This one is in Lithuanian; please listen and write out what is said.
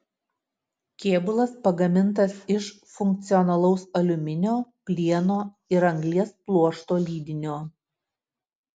kėbulas pagamintas iš funkcionalaus aliuminio plieno ir anglies pluošto lydinio